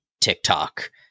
TikTok